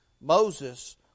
Moses